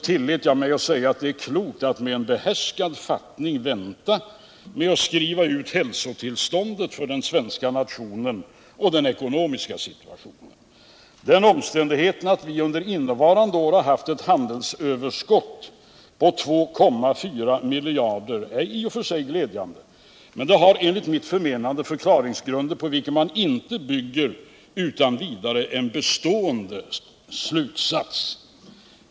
tillät jag mig säga att det är klokt att med behärskad fattning vänta med att skriva ut något intyg om hälsotillståndet för den svenska nationen och den ekonomiska situationen. Den omständigheten att vi under innevarande år haft ett handelsöverskott på 2,4 miljarder är i och för sig glädjande, men det har enligt mitt förmenande förklaringsgrunder på vilka man inte utan vidare bygger en bestående slutsats.